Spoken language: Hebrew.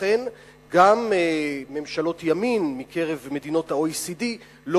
ולכן גם ממשלות ימין מקרב מדינות ה-OECD לא